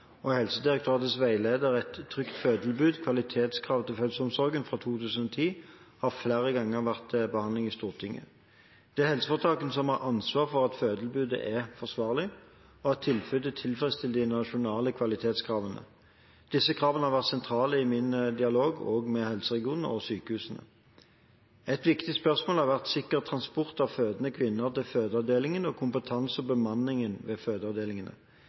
og i Helsedirektoratets veileder «Et trygt fødetilbud – Kvalitetskrav til fødselsomsorgen», fra 2010, har flere ganger vært til behandling i Stortinget. Det er helseforetakene som har ansvar for at fødetilbudet er forsvarlig, og at tilbudet tilfredsstiller de nasjonale kvalitetskravene. Disse kravene har vært sentrale i min dialog med helseregionene og sykehusene. Et viktig spørsmål har vært sikker transport av fødende kvinner til fødeavdelingen og kompetanse og bemanning ved fødeavdelingene.